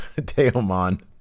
Teoman